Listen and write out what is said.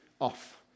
off